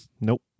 Nope